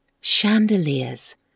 Chandeliers